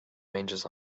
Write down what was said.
ranges